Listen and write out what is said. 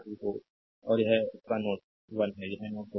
तो और यह उनका नोड 1 है यह नोड 2 है